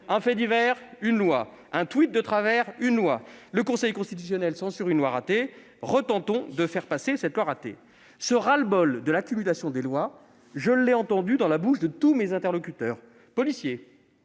Un fait divers ? Une loi ! Un « tweet » de travers ? Une loi ! Le Conseil constitutionnel censure une loi ratée ? Tentons de la faire repasser ! Ce ras-le-bol lié à l'accumulation des lois, je l'ai entendu dans la bouche de tous mes interlocuteurs- policiers,